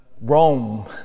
Rome